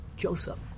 joseph